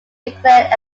declared